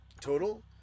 Total